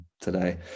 today